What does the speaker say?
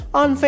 on